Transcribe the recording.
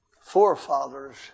forefathers